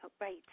Right